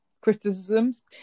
Criticisms